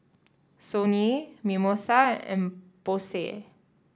Sony Mimosa and Bose